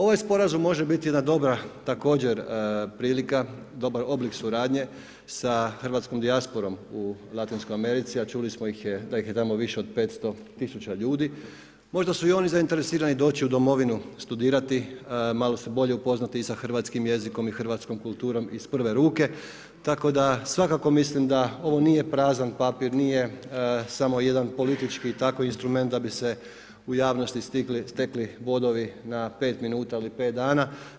Ovaj sporazum može biti jedna dobra, također prilika, dobar oblik suradnje sa hrvatskom dijasporom u Latinskoj Americi, a čuli smo da ih je tamo više od 500 tisuća ljudi, možda su i oni zainteresirani doći u domovinu, studirati, malo se bolje upoznati sa hrvatskim jezikom i hrvatskom kulturom iz prve ruke, tako da svakako mislim da ovo nije prazan papir i nije samo jedan politički takav instrument da bi se u javnosti stekli bodovi na 5 minuta ili 5 dana.